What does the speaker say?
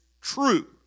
true